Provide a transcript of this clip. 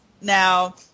Now